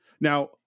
now